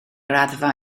raddfa